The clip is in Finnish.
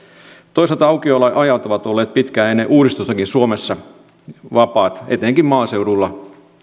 toisaalta aukioloajat ovat olleet pitkään ennen uudistustakin suomessa vapaat etenkin maaseudulla